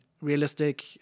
realistic